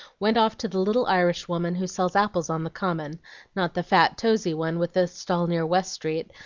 went off to the little irishwoman who sells apples on the common not the fat, tosey one with the stall near west street,